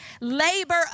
labor